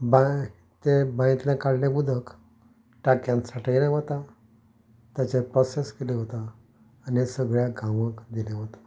बांय तें बांयतलें काडिल्लें उदक टांकयेंत साटयिल्लें वता ताचे प्रॉसॅस केले वता आनी सगळ्या गांवांत दिलें वता